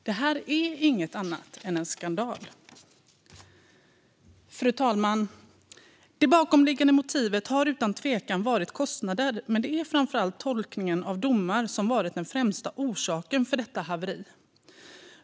Detta är inget annat än en skandal. Fru talman! Det bakomliggande motivet har utan tvekan varit kostnader, men det är framför allt tolkningen av domar som har varit den främsta orsaken till detta haveri.